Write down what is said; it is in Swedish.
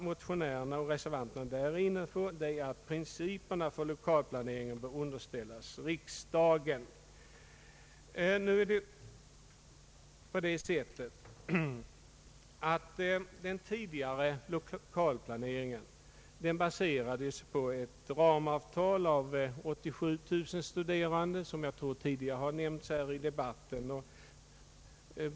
Motionärerna och reservanterna är inne på att principerna för lokalplaneringen bör underställas riksdagen. Den tidigare lokalplaneringen baserades på ett ramavtal av 87 000 studerande, vilket jag tror har nämnts tidigare här i debatten.